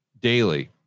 daily